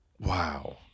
Wow